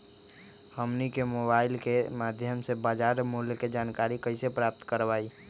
हमनी के मोबाइल के माध्यम से बाजार मूल्य के जानकारी कैसे प्राप्त करवाई?